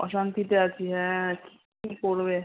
অশান্তিতে আছি হ্যাঁ কী করবে